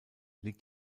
liegt